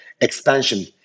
expansion